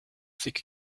thick